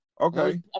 Okay